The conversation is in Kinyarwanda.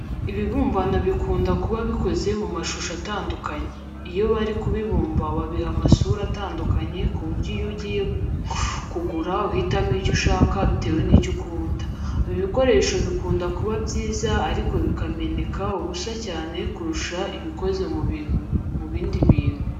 Ibibumbano bikunda kuba bikoze mu mashusho atandukanye. Iyo bari kubibumba babiha amasura atandukanye ku buryo iyo ugiye kugura uhitamo icyo ushaka bitewe n'icyo ukunda. Ibi bikoresho bikunda kuba byiza ariko bikameneka ubusa cyane kurusha ibikoze mu bindi bintu.